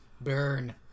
Burn